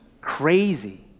crazy